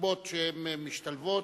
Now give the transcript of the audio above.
ומסיבות שהן משתלבות,